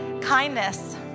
Kindness